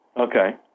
Okay